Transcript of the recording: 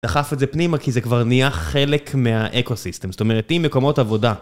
דחף את זה פנימה כי זה כבר נהיה חלק מהאקו סיסטם, זאת אומרת עם מקומות עבודה.